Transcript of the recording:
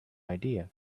idea